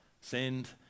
send